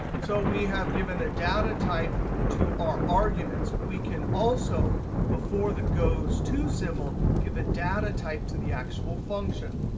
so we have given a data type to our arguments. we can also before the goes to symbol give a data type to the actual function,